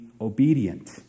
obedient